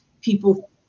people